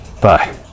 Bye